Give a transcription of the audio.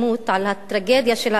על הטרגדיה של האלימות,